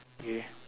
okay